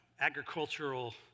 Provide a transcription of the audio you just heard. agricultural